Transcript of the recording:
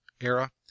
era